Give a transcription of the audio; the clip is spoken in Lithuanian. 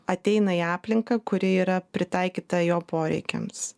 ateina į aplinką kuri yra pritaikyta jo poreikiams